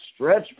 stretch